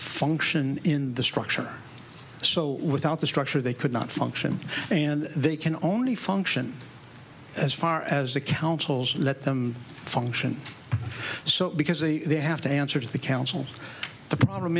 function in the structure so without the structure they could not function and they can only function as far as the council's let them function so because a they have to answer to the council the problem